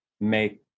make